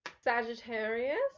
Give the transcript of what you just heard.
sagittarius